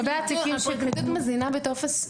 הפרקליטות מזינה בטופס,